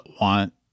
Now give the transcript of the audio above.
want